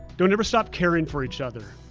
don't ever stop caring for each other.